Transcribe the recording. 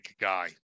guy